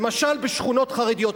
למשל בשכונות חרדיות,